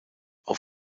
auch